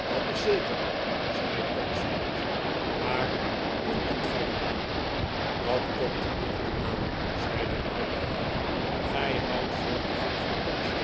dat is zeker zei tom smart maar hoe komt gij daaraan dat komt er niet op aan zei de oude heer gij houdt veel te veel van punch